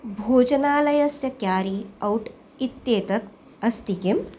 भोजनालयस्य carry out इत्येतत् अस्ति किम्